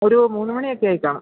ഒരു മൂന്ന് മണി ഒക്കെ ആയി കാണും